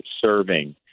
serving